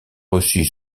reçu